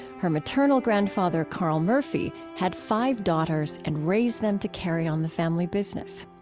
her maternal grandfather, carl murphy, had five daughters and raised them to carry on the family business.